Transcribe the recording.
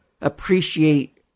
appreciate